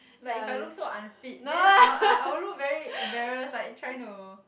like if I look so unfit then I'll I'll I will look very embarrassed like trying to